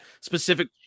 specific